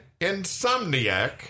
insomniac